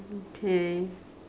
okay